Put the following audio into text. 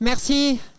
Merci